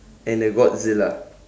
and a godzilla